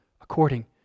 according